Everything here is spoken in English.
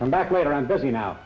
come back later on but you know